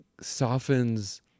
softens